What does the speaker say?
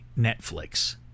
Netflix